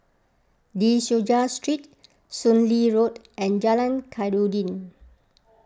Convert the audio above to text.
De Souza Street Soon Lee Road and Jalan Khairuddin